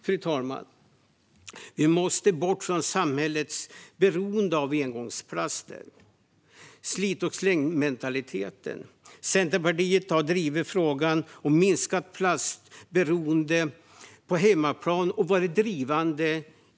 Fru talman! Vi måste bort från samhällets beroende av engångsplast och slit-och-släng-mentaliteten. Centerpartiet har drivit frågan om minskat plastberoende på hemmaplan och i EU.